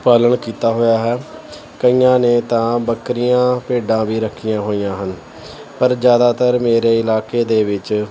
ਪਾਲਣ ਕੀਤਾ ਹੋਇਆ ਹੈ ਕਈਆਂ ਨੇ ਤਾਂ ਬੱਕਰੀਆਂ ਭੇਡਾਂ ਵੀ ਰੱਖੀਆਂ ਹੋਈਆਂ ਹਨ ਪਰ ਜ਼ਿਆਦਾਤਰ ਮੇਰੇ ਇਲਾਕੇ ਦੇ ਵਿੱਚ